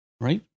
right